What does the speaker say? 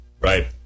Right